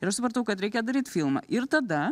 ir aš supratau kad reikia daryt filmą ir tada